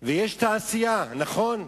ויש העשייה, נכון.